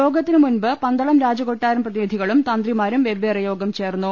യോഗത്തിനുമുമ്പ് പന്തളം രാജകൊ ട്ടാരം പ്രതിനിധികളും തന്ത്രിമാരും വെവ്വേറെ യോഗം ചേർന്നു